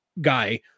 guy